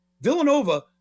Villanova